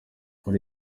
muri